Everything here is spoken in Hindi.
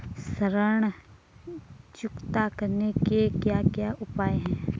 ऋण चुकता करने के क्या क्या उपाय हैं?